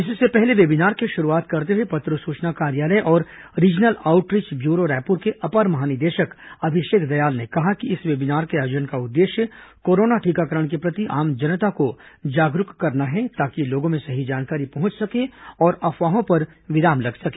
इससे पहले वेबिनार की शुरूआत करते हुए पत्र सूचना कार्यालय और रीजनल आउटरीच ब्यूरो रायपुर के अपर महानिदेशक अभिषेक दयाल ने कहा कि इस वेबिनार के आयोजन का उद्देश्य कोरोना टीकाकरण के प्रति आम जनता को जागरूक करना है ताकि लोगों में सही जानकारी पहुंच सके और अफवाहों पर विराम लग सके